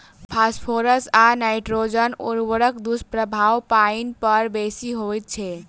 phosphorus आ nitrogen उर्वरकक दुष्प्रभाव पाइन पर बेसी होइत छै